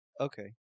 Okay